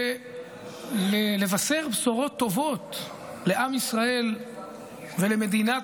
ולבשר בשורות טובות לעם ישראל ולמדינת